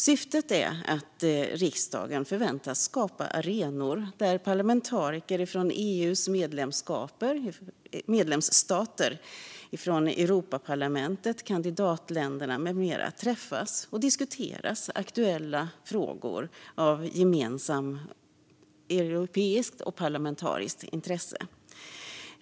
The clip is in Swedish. Syftet är att riksdagen förväntas skapa arenor där parlamentariker från EU:s medlemsstater, Europaparlamentet, kandidatländer med mera träffas för att diskutera aktuella frågor av gemensamt europeiskt och parlamentariskt intresse.